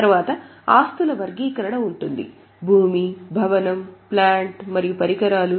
తర్వాత ఆస్తుల వర్గీకరణ ఉంటుంది భూమి భవనం ప్లాంట్ మరియు పరికరాలు